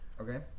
okay